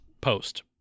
post